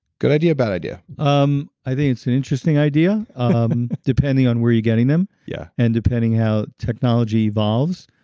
good idea, bad idea? um i think it's an interesting idea, um depending on where you're getting them yeah and depending on how technology evolves.